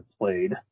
played